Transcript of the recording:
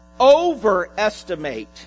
overestimate